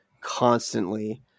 constantly